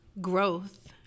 Growth